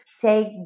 take